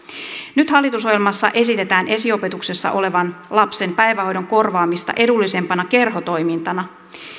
nyt hallitusohjelmassa esitetään esiopetuksessa olevan lapsen päivähoidon korvaamista edullisempana kerhotoimintana